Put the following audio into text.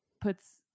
puts